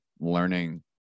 learning